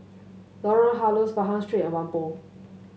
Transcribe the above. Lorong Halus Pahang Street and Whampoa